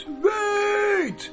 Wait